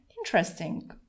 Interesting